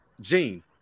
Gene